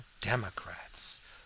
Democrats